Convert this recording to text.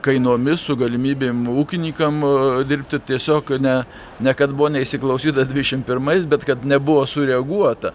kainomis su galimybėm ūkininkam dirbti tiesiog ne ne kad buvo neįsiklausyta dvidešimt pirmais bet kad nebuvo sureaguota